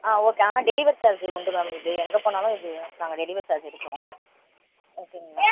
ஆ okay ஆனால் delivery charge உண்டு ma'am இதுக்கு எங்கே போனாலும் இது நாங்கள் டெலிவரி சார்ஜ் எடுப்போம் ஓகேங்களா